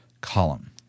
column